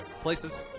Places